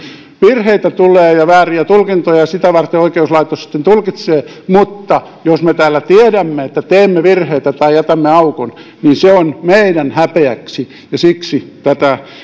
virheitä tulee ja vääriä tulkintoja sitä varten oikeuslaitos sitten tulkitsee mutta jos me täällä tiedämme että teemme virheitä tai jätämme aukon niin se on meidän häpeäksemme ja siksi tätä